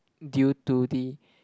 due to the